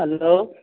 hello